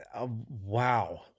wow